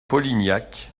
polignac